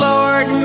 Lord